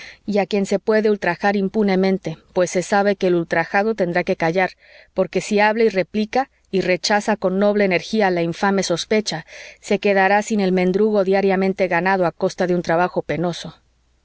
y a quien se puede ultrajar impunemente pues se sabe que el ultrajado tendrá que callar porque si habla y replica y rechaza con noble energía la infame sospecha se quedará sin el mendrugo diariamente ganado a costa de un trabajo penoso